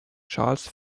charles